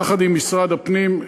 יחד עם משרד הפנים,